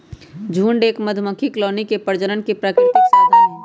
झुंड एक मधुमक्खी कॉलोनी के प्रजनन के प्राकृतिक साधन हई